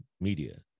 media